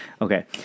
Okay